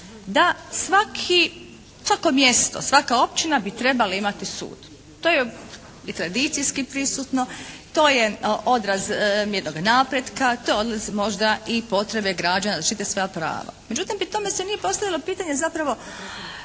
svako mjesto, svaka općina bi trebali imati sud. To je i tradicijski prisutno. To je odraz jednoga napretka. To je odraz možda i potrebe građana da štite svoja prava. Međutim pri tome se nije postavilo pitanje zapravo